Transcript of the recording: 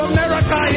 America